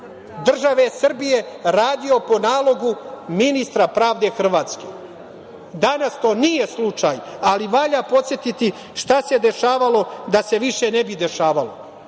države Srbije radio po nalogu ministra pravde Hrvatske. Danas to nije slučaj, ali valja podsetiti šta se dešavalo da se više ne bi dešavalo.